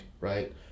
right